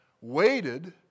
waited